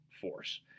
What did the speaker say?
force